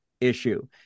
issue